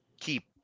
keep